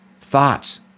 thoughts